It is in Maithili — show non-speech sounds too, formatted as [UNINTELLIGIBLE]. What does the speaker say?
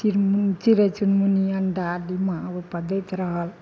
चिड़य चुनमुनी चिड़य चुनमुनी अण्डा [UNINTELLIGIBLE] ओइपर दैत रहल